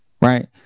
right